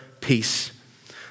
peace